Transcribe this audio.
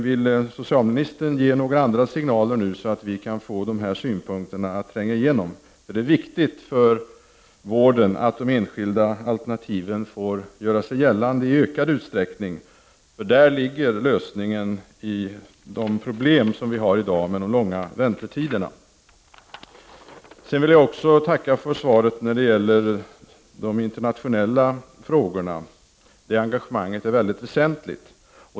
Vill socialministern ge några andra signaler, så att vi kan få dessa synpunkter att tränga igenom, för det är viktigt för vården att de enskilda alternativen får göra sig gällande i ökad usträckning? Där ligger lösningen av de problem som vi i dag har med de långa väntetiderna. Jag vill även tacka för svaret när det gäller de internationella frågorna. Det internationella engagemanget är väsentligt.